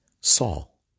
Saul